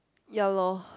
ya lor